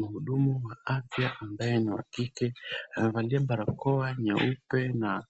Mhudumu wa afya ambaye ni wa kike, amevalia barakoa nyeupe na